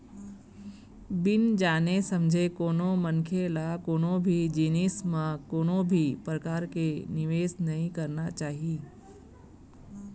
बिन जाने समझे कोनो मनखे ल कोनो भी जिनिस म कोनो भी परकार के निवेस नइ करना चाही